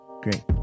Great